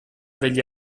degli